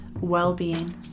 well-being